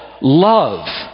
love